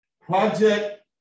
Project